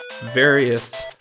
various